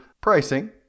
pricing